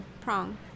prong